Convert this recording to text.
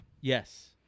Yes